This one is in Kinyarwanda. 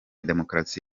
demokarasi